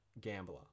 gambler